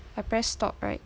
I press stop right